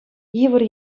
йывӑр